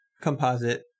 composite